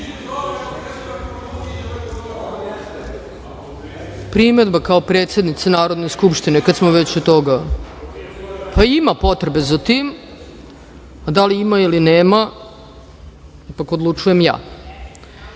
ovim.)Primedba kao predsednice Narodne skupštine, kad smo već kod toga. Ima potrebe za tim, a da li ima ili nema ipak odlučujem ja.